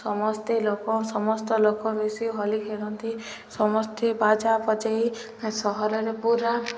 ସମସ୍ତେ ଲୋକ ସମସ୍ତ ଲୋକ ମିଶି ହୋଲି ଖେଳନ୍ତି ସମସ୍ତେ ବାଜା ବଜାଇ ସହରରେ ପୁରା